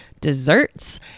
desserts